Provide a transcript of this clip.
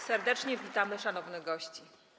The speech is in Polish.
Serdecznie witamy szanownych gości.